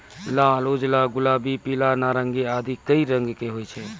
लाल, उजला, गुलाबी, पीला, नारंगी आदि कई रंग के होय छै